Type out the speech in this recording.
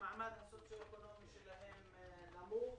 שהמעמד הסוציו-אקונומי שלהם נמוך.